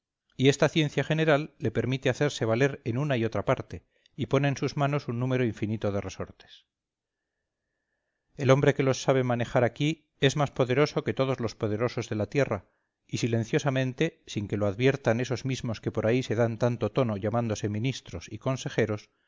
y esta ciencia general le permite hacerse valer en una y otra parte y pone en sus manos un número infinito de resortes el hombre que los sabe manejar aquí es más poderoso que todos los poderosos de la tierra y silenciosamente sin que lo adviertan esos mismos que por ahí se dan tanto tono llamándose ministros y consejeros